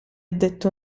detto